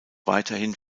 weiterhin